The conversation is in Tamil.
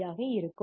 பியாக இருக்கும்